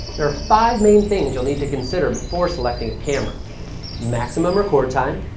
there are five main things you'll need to consider before selecting camera maximum record time,